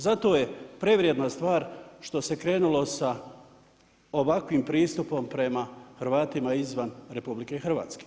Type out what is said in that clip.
Zato je prevrijedna stvar što se krenulo sa ovakvim pristupom prema Hrvatima izvan RH.